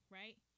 right